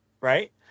right